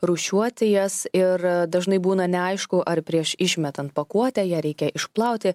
rūšiuoti jas ir dažnai būna neaišku ar prieš išmetant pakuotę ją reikia išplauti